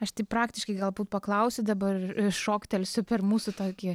aš taip praktiškai galbūt paklausiu dabar šoktelsiu per mūsų tokį